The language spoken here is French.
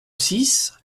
six